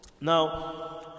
now